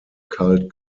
cult